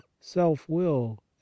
self-will